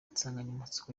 insanganyamatsiko